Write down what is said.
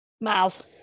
Miles